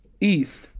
East